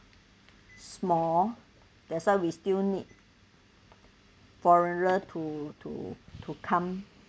small that's why we still need foreigners to to to come